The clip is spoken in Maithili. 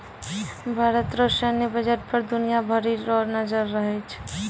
भारत रो सैन्य बजट पर दुनिया भरी रो नजर रहै छै